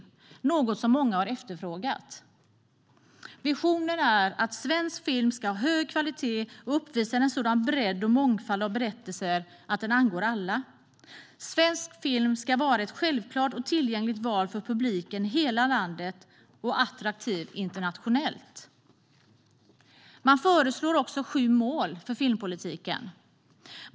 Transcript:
Det är något som många har efterfrågat. Visionen är att svensk film ska ha hög kvalitet och uppvisa en sådan bredd och mångfald av berättelser att den angår alla. Svensk film ska vara ett självklart och tillgängligt val för publiken i hela landet och attraktiv internationellt. Man föreslår också sju mål för filmpolitiken.